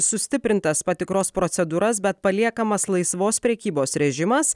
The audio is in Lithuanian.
sustiprintas patikros procedūras bet paliekamas laisvos prekybos režimas